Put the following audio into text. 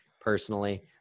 personally